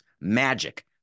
Magic